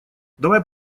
давай